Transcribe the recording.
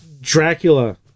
Dracula